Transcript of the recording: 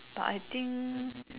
but I think